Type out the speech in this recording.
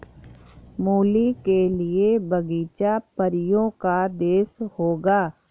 मूली के लिए बगीचा परियों का देश होगा